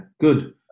good